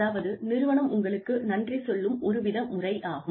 அதாவது நிறுவனம் உங்களுக்கு நன்றி சொல்லும் ஒருவித முறையாகும்